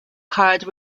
card